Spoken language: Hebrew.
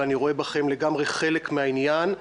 ואני רואה בהם לגמרי חלק מהעניין.